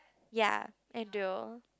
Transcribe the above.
ya endure